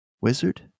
Wizard